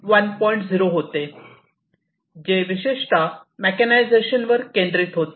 0 होते जे विशेषत मेकॅनायझेशनवर केंद्रित होते